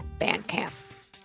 Bandcamp